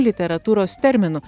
literatūros terminu